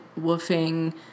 woofing